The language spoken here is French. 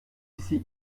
ici